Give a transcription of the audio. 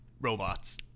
robots